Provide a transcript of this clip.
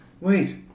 Wait